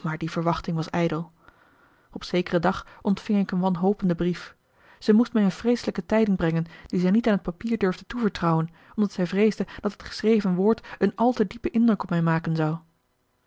maar die verwachting was ijdel op zekeren dag ontving ik een wanhopenden brief zij moest mij een vreeselijke tijding brengen die zij niet aan het papier durfde toevertrouwen omdat zij vreesde dat het geschreven woord een al te diepen indruk op mij maken zou